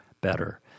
better